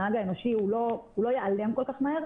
הנהג האנושי לא ייעלם כל כך מהר,